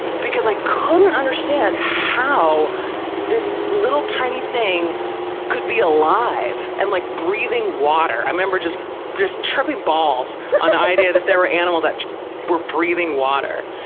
because i couldn't understand how this little tiny thing could be alive and like breathing water. i remember just just tripping balls on the idea that there were animals that were breathing water.